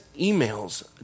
emails